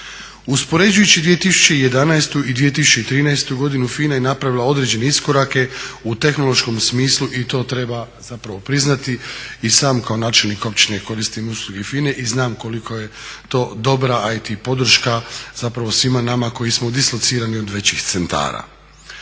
Uspoređujući 2011. i 2013. godinu FINA je napravila određene iskorake u tehnološkom smislu i to treba zapravo priznati. I sam kao načelnik općine koristim usluge FINA-e i znam koliko je to dobra IT podrška zapravo svima nama koji smo dislocirani od većih centara.